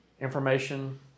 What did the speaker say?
Information